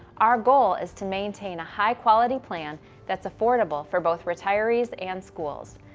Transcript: our goal is to maintain a high quality plan that's affordable for both retirees and schools,